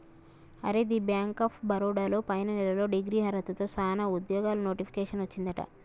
అరే the bank of Baroda లో పైన నెలలో డిగ్రీ అర్హతతో సానా ఉద్యోగాలు నోటిఫికేషన్ వచ్చిందట